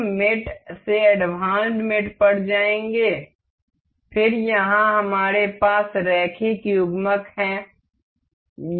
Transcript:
हम मेट से advanced math पर जाएंगे फिर यहां हमारे पास रैखिक युग्मक हैं